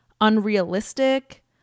unrealistic